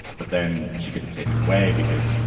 but then she gets it taken away because.